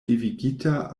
devigita